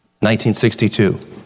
1962